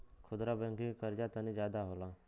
खुदरा बैंकिंग के कर्जा तनी जादा होला